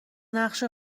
نقشه